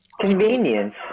Convenience